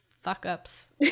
fuck-ups